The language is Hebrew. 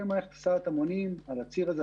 מערכת של הסעת המונים על הציר הזה,